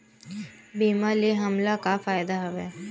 बीमा ले हमला का फ़ायदा हवय?